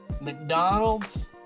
McDonald's